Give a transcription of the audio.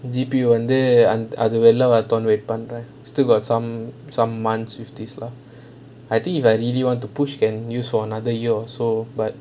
G_P_U வந்து அது வெல்ல வரட்டும்:vanthu athu vella varatum wait பண்றேன்:pandraen still got some some months with this lah I think if I really need want to push can use for another year also but